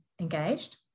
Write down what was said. engaged